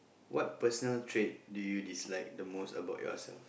what personal trait do you dislike the most about yourself